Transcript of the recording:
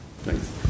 Thanks